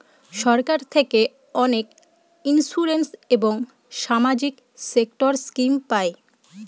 সরকার থেকে অনেক ইন্সুরেন্স এবং সামাজিক সেক্টর স্কিম পায়